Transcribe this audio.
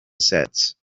sets